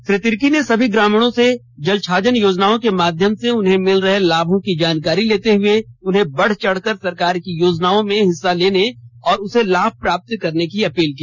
श्री तिर्की ने सभी ग्रामीणों से जल छाजन योजनाओं के माध्यम से उन्हें मिल रहे लाभ की जानकारी लेते हुए उन्हें बढ़ चढ़कर सरकार की योजनाओं में हिस्सा लेने और उससे लाभ प्राप्त करने की अपील की